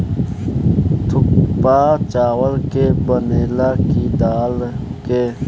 थुक्पा चावल के बनेला की दाल के?